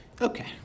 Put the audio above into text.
Okay